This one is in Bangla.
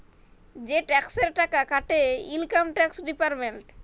যে টেকসের টাকা কাটে ইলকাম টেকস ডিপার্টমেল্ট